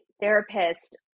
therapist